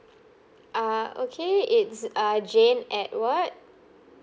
uh okay it's err jane at what